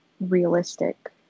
realistic